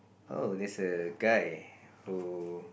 oh there's a guy who